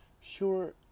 Sure